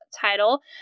title